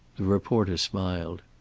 the reporter smiled.